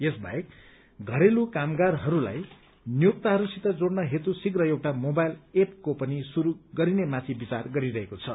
यस बाहेक घरेलु कामगारहरूलाई नियोक्ताहरूसित जोड़न हेतु शीघ्र एउटा मोबाइल ऐपको पनि शुरू गरिनेमाथि विचार गरिरहेको छ